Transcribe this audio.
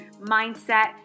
mindset